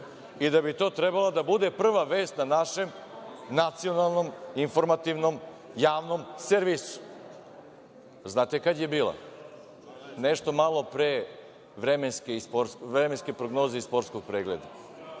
i da bi to trebalo da bude prva vest na našem nacionalnom, informativnom, javnom servisu. Znate kad je bila? Nešto malo pre vremenske prognoze i sportskog pregleda.